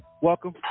Welcome